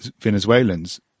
Venezuelans